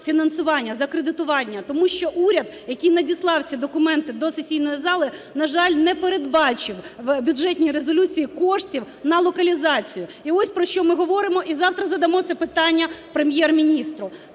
фінансування, за кредитування. Тому що уряд, який надіслав ці документи до сесійної зали, на жаль, не передбачив в Бюджетній резолюції коштів на локалізацію. І ось про що ми говоримо і завтра задамо це питання Прем'єр-міністру.